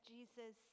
Jesus